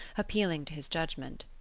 appealing to his judgment.